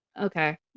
okay